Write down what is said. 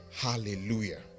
Hallelujah